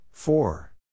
Four